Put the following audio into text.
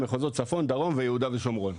מחוזות צפון דרום ויהודה ושומרון.